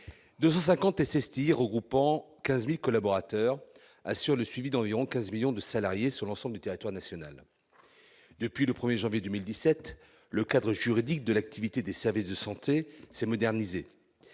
250 SSTI, regroupant 15 000 collaborateurs, assurent le suivi d'environ 15 millions de salariés sur l'ensemble du territoire national. Depuis le 1 janvier 2017, le cadre juridique de l'activité de ces services de santé s'est modernisé.